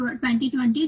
2020